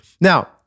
Now